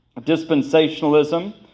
dispensationalism